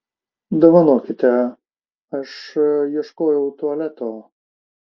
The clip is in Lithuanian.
dovanokite aš ieškojau tualeto